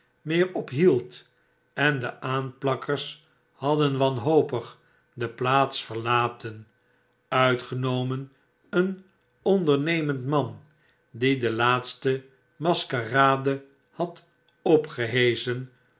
meer op hield en de aanplakkers hadden wanhopig de plaats verlaten uitgenomen een ondernemend man die de laatste maskerade had opgeheschen